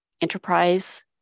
enterprise